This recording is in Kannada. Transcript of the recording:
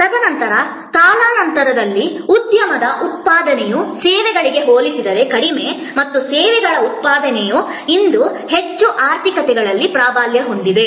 ತದನಂತರ ಕಾಲಾನಂತರದಲ್ಲಿ ಉದ್ಯಮದ ಉತ್ಪಾದನೆಯು ಸೇವೆಗಳಿಗೆ ಹೋಲಿಸಿದರೆ ಕಡಿಮೆ ಮತ್ತು ಸೇವೆಗಳ ಉತ್ಪಾದನೆಯು ಇಂದು ಹೆಚ್ಚಿನ ಆರ್ಥಿಕತೆಗಳಲ್ಲಿ ಪ್ರಾಬಲ್ಯ ಹೊಂದಿದೆ